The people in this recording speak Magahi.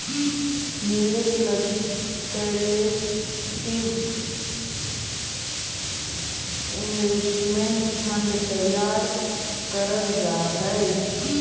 निवेश लगी कलेक्टिव इन्वेस्टमेंट फंड तैयार करल जा हई